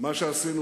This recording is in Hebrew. מה שעשינו